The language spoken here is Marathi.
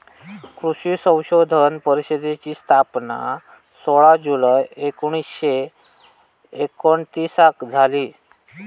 कृषी संशोधन परिषदेची स्थापना सोळा जुलै एकोणीसशे एकोणतीसाक झाली